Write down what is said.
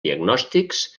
diagnòstics